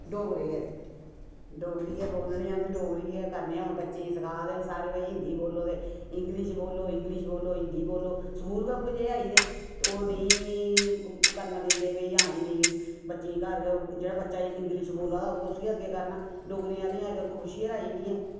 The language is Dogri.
डोगरे गै अस डोगरी गै बोलने आं ते डोगरी गै करने आं हून बच्चें गी सखाऽ दे न भई सारे हिंदी बोलो ते इंग्लिश बोलो इंग्लिश बोलो हिंदी बोलो स्कूल गै उऐ जेह् आई दे न ते ओह् नेईं करना दिंदे कि हां जी भई नेईं बच्चे गी घर गै जेह्ड़ा बच्चा इंग्लिश बोलै दा होऐ ते उसी अग्गैं करना डोगरी आह्लें गी अज्जकल कोई पुच्छियै गै राजी नेईं ऐ